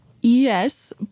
Yes